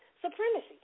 supremacy